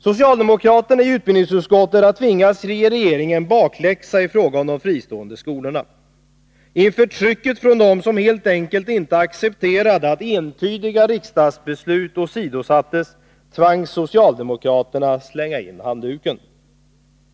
Socialdemokraterna i utbildningsutskottet har tvingats att ge regeringen bakläxa i fråga om de fristående skolorna. Inför trycket från dem som helt enkelt inte accepterade att entydiga riksdagsbeslut åsidosattes tvangs socialdemokraterna att slänga in handduken.